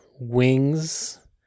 wings